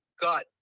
got